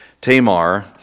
Tamar